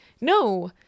no